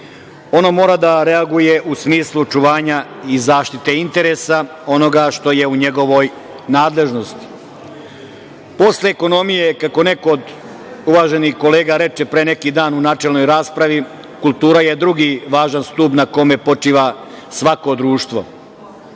Ono mora da reaguje u smislu očuvanja i zaštite interesa onoga što je u njegovoj nadležnosti. Posle ekonomije, kako neko od uvaženih kolega reče pre neki dan u načelnoj raspravi, kultura je drugi važan stub na kome počiva svako društvo.